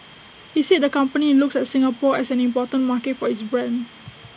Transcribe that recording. he said the company looks at Singapore as an important market for its brand